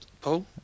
Paul